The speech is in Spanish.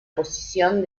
posición